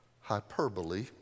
Hyperbole